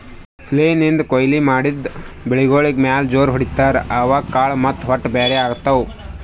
flail ನಿಂದ್ ಕೊಯ್ಲಿ ಮಾಡಿದ್ ಬೆಳಿಗೋಳ್ ಮ್ಯಾಲ್ ಜೋರ್ ಹೊಡಿತಾರ್, ಅವಾಗ್ ಕಾಳ್ ಮತ್ತ್ ಹೊಟ್ಟ ಬ್ಯಾರ್ ಆತವ್